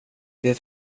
det